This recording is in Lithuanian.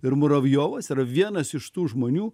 ir muravjovas yra vienas iš tų žmonių